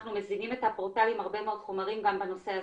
אנחנו מזינים את הפורטל עם הרבה מאוד חומרים גם בנושא הזה.